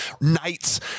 nights